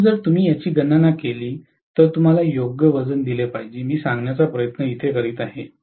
म्हणूनच जर तुम्ही याची गणना केली तर तुम्हाला योग्य वजन दिले पाहिजे मी सांगण्याचा प्रयत्न करीत आहे